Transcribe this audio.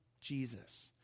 Jesus